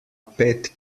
pet